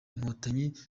inkotanyi